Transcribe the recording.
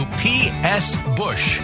psbush